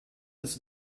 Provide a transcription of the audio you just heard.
its